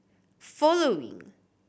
following